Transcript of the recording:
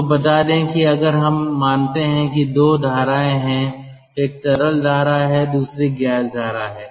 आपको बता दें कि अगर हम मानते हैं कि 2 धाराएं हैं तो एक तरल धारा है दूसरी गैस धारा है